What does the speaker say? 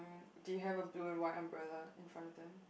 do you have a blue and white umbrella in front of them